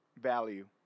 value